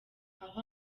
aho